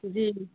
जी